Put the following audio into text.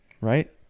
Right